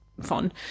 fun